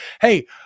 Hey